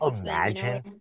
imagine